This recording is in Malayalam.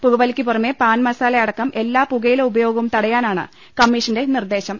പുകവലിക്ക് പുറമേ പാൻമസാലയടക്കം എല്ലാ പുകയില ഉപയോഗവും തടയാനാണ് കമ്മിഷന്റെ നിർദ്ദേ ശം